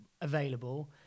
available